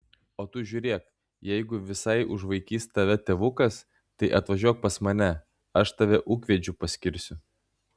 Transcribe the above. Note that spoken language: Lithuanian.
o tu žiūrėk jeigu visai užvaikys tave tėvukas tai atvažiuok pas mane aš tave ūkvedžiu paskirsiu